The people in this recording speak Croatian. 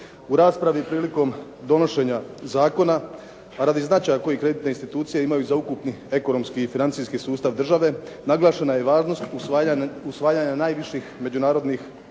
U raspravi prilikom donošenja zakona a radi značaja koji kreditne institucije imaju za ukupni ekonomski i financijski sustav države naglašena je i važnost usvajanja najviših međunarodnih